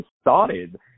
started